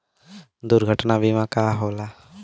दुर्घटना बीमा का होला?